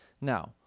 now